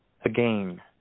Again